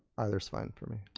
either is fine for me.